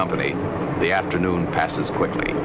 company the afternoon passes quickly